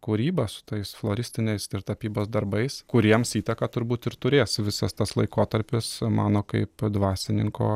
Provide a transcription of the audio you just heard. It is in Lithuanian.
kūryba su tais floristiniais ir tapybos darbais kuriems įtaką turbūt ir turės visas tas laikotarpis mano kaip dvasininko